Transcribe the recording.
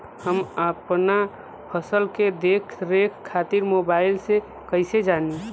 हम अपना फसल के देख रेख खातिर मोबाइल से कइसे जानी?